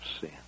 sin